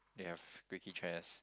you have squeaky chairs